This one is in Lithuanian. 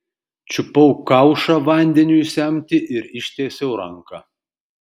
čiupau kaušą vandeniui semti ir ištiesiau ranką